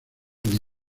the